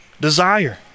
desire